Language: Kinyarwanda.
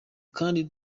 kandi